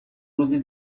روزی